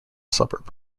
suburb